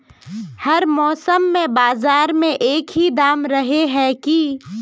हर मौसम में बाजार में एक ही दाम रहे है की?